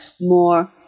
more